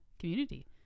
community